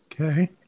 Okay